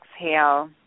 exhale